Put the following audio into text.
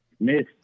Miss